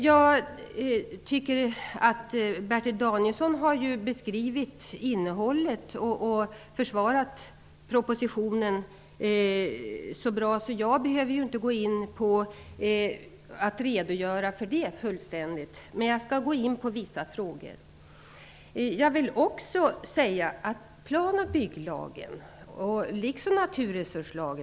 Jag tycker att Bertil Danielsson har beskrivit innehållet i propositionen och försvarat den så bra att jag inte behöver göra en fullständig redogörelse för den. Men jag skall gå in på vissa frågor.